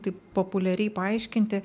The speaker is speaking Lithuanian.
taip populiariai paaiškinti